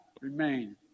remain